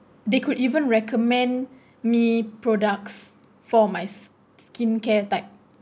they could even recommend me products for my skincare type